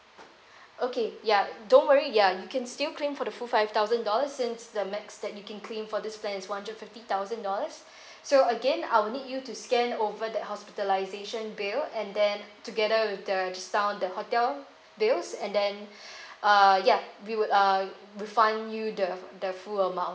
okay yup don't worry ya you can still claim for the full five thousand dollars since the max that you can claim for this plan is one fifty thousand dollars so again I'll need you to scan over that hospitalization bill and then together with the just now the hotel bills and then uh yeah we would uh refund you the the full amount